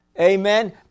Amen